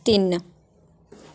ਤਿੰਨ